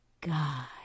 God